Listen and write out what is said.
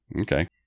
Okay